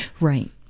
Right